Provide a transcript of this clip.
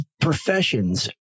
professions